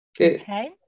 okay